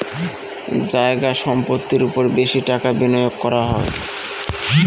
জায়গা সম্পত্তির ওপর বেশি টাকা বিনিয়োগ করা হয়